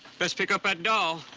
best pick up that doll.